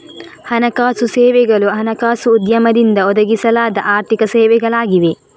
ಹಣಕಾಸು ಸೇವೆಗಳು ಹಣಕಾಸು ಉದ್ಯಮದಿಂದ ಒದಗಿಸಲಾದ ಆರ್ಥಿಕ ಸೇವೆಗಳಾಗಿವೆ